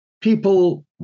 people